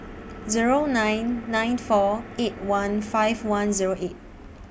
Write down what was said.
Zero nine nine four eight one five one Zero eight